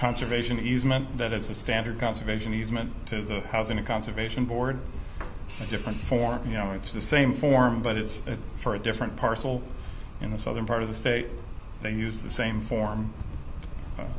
conservation easement that is a standard conservation easement to the house in a conservation board and different form you know it's the same form but it's for a different parcel in the southern part of the state they use the same form a